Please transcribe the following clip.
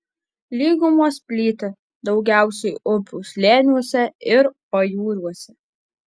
lygumos plyti daugiausiai upių slėniuose ir pajūriuose